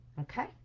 Okay